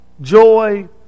joy